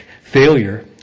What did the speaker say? failure